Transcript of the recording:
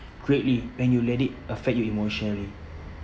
greatly when you let it affect you emotionally